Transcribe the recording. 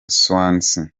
swansea